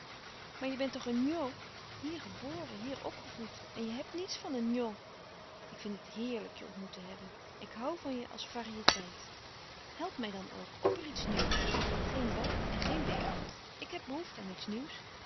maar je bent toch een nj hier geboren hier opgevoed en je hebt niets van een nj ik vind het heerlijk je ontmoet te hebben ik hoû van je als varieteit help mij dan ook opper iets nieuws geen bal en geen bergtocht ik heb behoefte aan iets nieuws